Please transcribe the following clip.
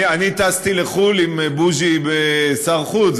טסתי לחו"ל עם בוז'י שר חוץ,